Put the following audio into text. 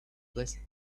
blessing